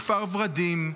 מכפר ורדים,